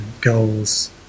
goals